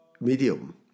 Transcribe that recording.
medium